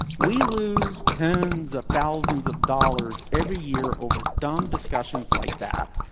we lose tens of thousands of dollars every year over dumb discussions like that.